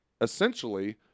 essentially